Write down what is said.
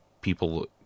people